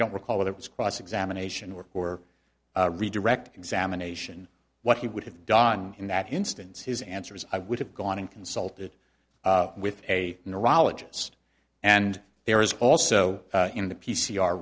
don't recall if it was cross examination work or redirect examination what he would have done in that instance his answer is i would have gone in consulted with a neurologist and there is also in the p c r